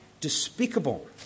despicable